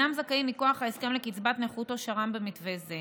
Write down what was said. אינם זכאים מכוח ההסכם לקצבת נכות או שר"מ במתווה זה.